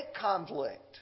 conflict